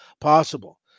possible